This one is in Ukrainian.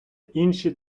інші